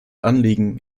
anliegen